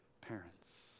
parents